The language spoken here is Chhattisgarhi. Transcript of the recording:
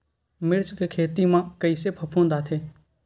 मिर्च के खेती म कइसे फफूंद आथे?